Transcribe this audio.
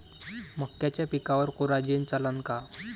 मक्याच्या पिकावर कोराजेन चालन का?